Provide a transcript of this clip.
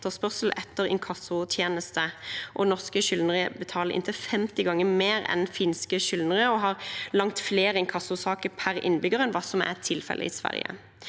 etterspørsel etter inkassotjenester. Norske skyldnere betaler inntil 50 ganger mer enn finske skyldnere og har langt flere inkassosaker per innbygger enn det som er tilfellet i Sverige.